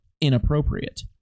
inappropriate